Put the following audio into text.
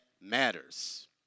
matters